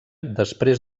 després